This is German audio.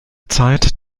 zeit